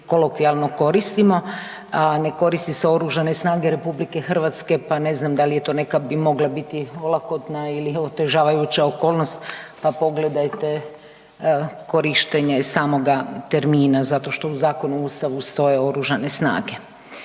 kolokvijalno koristimo, a ne koristi se Oružane snage RH pa ne znam da li je to neka bi mogla biti olakotna ili otežavajuća okolnost pa pogledajte korištenje samoga termina zato što u zakonu, u Ustavu stoje Oružane snage.